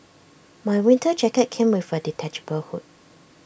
my winter jacket came with A detachable hood